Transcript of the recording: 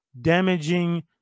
damaging